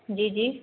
जी जी